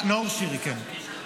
נאור שירי, כן.